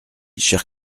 chers